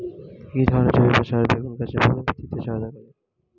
কি ধরনের জৈব সার বেগুন গাছে ফলন বৃদ্ধিতে সহায়তা করে?